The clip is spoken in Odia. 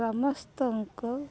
ସମସ୍ତଙ୍କ